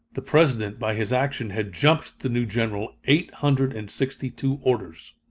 the president, by his action, had jumped the new general eight hundred and sixty-two orders.